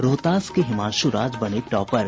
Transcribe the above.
रोहतास के हिमांशु राज बने टॉपर